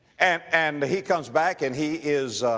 and, and he comes back and he is,